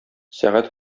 сәгать